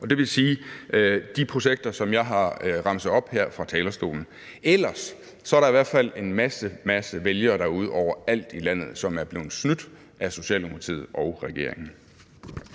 og det vil sige de projekter, som jeg har remset op her fra talerstolen. Ellers er der i hvert fald en masse, masse vælgere overalt i landet, som er blevet snydt af Socialdemokratiet og regeringen.